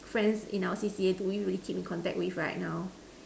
friends in our C_C_A do we really keep in contact with right now